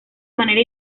manera